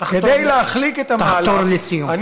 תחתור לסיום.